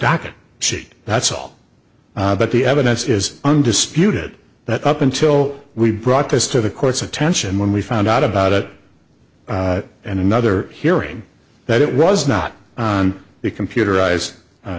docket sheet that's all but the evidence is undisputed that up until we brought this to the court's attention when we found out about it and another hearing that it was not on the computerized